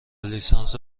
لیسانس